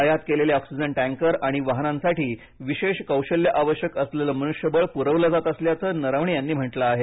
आयात केलेले oxygen tanker आणि वाहनासाठी विशेष कौशल्ये आवश्यक असलेले मनृष्यबळ प्रवलं जात असल्याचं नरवणे यांनी म्हटलं आहे